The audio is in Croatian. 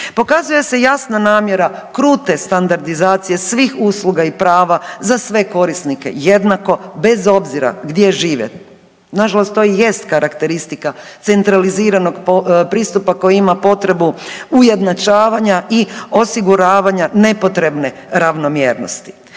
Pokazuje se jasna namjera krute standardizacije svih usluga i prava za sve korisnike jednako bez obzira gdje žive. Nažalost to i jest karakteristika centraliziranog pristupa koji ima potrebu ujednačavanja i osiguravanja nepotrebne ravnomjernosti.